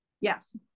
Yes